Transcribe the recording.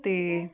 ਅਤੇ